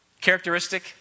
characteristic